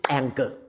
anger